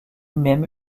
même